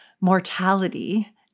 mortality